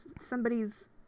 somebody's